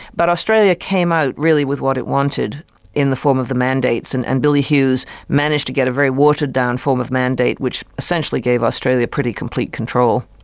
but australia came out really with what it wanted in the form of the mandates, and and billy hughes managed to get a very watered down form of mandate, which essentially gave australia pretty complete control.